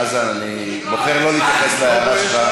חזן, אני בוחר שלא להתייחס להערה שלך.